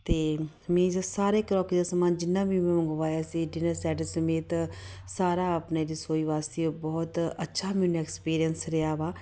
ਅਤੇ ਮੀਨਜ਼ ਸਾਰੇ ਕਰੋਕਰੀ ਦਾ ਸਮਾਨ ਜਿੰਨਾਂ ਵੀ ਮੈਂ ਮੰਗਵਾਇਆ ਸੀ ਡਿਨਰ ਸੈਟ ਸਮੇਤ ਸਾਰਾ ਆਪਣੇ ਰਸੋਈ ਵਾਸਤੇ ਉਹ ਬਹੁਤ ਅੱਛਾ ਮੈਨੂੰ ਐਕਸਪੀਰੀਅੰਸ ਰਿਹਾ ਵਾ